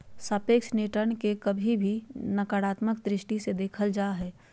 सापेक्ष रिटर्न के कभी कभी नकारात्मक दृष्टि से भी देखल जा हय